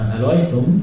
Erleuchtung